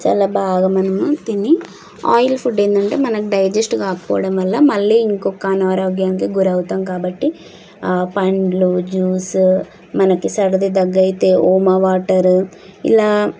చాలా బాగా మనము తిని ఆయిల్ ఫుడ్ ఏంటంటే మనకు డైజెస్ట్ కాకపోవడం వల్ల మళ్ళీ ఇంకొక అనారోగ్యానికి గురవుతాం కాబట్టి ఆ పండ్లు జ్యూస్ మనకు సర్ది దగ్గు అయితే ఓమా వాటర్ ఇలా